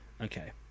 Okay